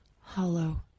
hollow